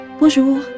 Bonjour